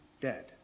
dead